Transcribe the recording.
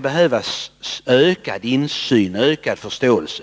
bra med ökad insyn och ökad förståelse.